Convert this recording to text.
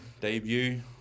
debut